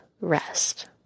rest